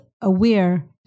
aware